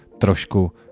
trošku